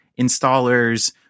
installers